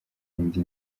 ndi